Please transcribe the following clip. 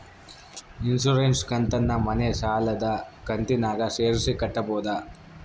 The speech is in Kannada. ಇನ್ಸುರೆನ್ಸ್ ಕಂತನ್ನ ಮನೆ ಸಾಲದ ಕಂತಿನಾಗ ಸೇರಿಸಿ ಕಟ್ಟಬೋದ?